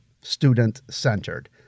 student-centered